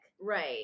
Right